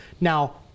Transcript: now